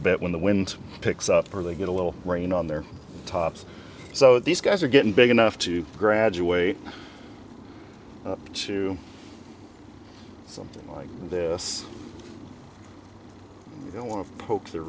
bit when the wind picks up or they get a little rain on their tops so these guys are getting big enough to graduate to something like this you don't want to poke the